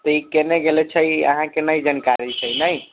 तऽ ई केने गेले छी अहाँके नहि जानकारी छै ने